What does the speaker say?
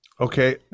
Okay